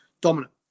dominant